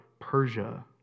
Persia